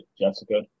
Jessica